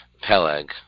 Peleg